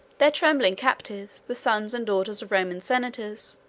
their trembling captives, the sons and daughters of roman senators,